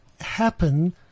happen